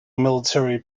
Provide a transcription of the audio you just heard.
military